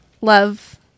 Love